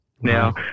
Now